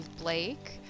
Blake